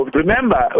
remember